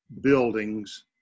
buildings